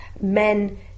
men